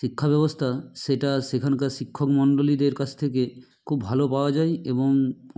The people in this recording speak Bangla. শিক্ষাব্যবস্থা সেটা সেখানকার শিক্ষকমণ্ডলীদের কাছ থেকে খুব ভালো পাওয়া যায় এবং